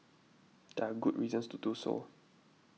there are good reasons to do so